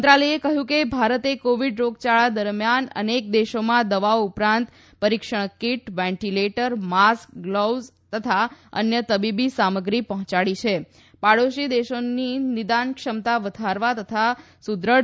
મંત્રાલયે કહ્યું કે ભારતે કોવિડ રોગચાળા દરમિયાન અનેક દેશોમાં દવાઓ ઉપરાંત પરીક્ષણ કીટ વેન્ટીલેટર માસ્ક ગ્લોવ તથા અન્ય તબીબી સામગ્રી પહોંચાડી છે પાડોશી દેશોની નિદાન ક્ષમતા વધારવા તથા સુદૃઢ